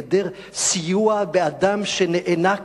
היעדר סיוע לאדם שנאנק.